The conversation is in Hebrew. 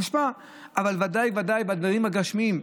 מושפע, אבל ודאי וודאי בדברים הגשמיים.